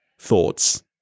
thoughts